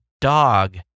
dog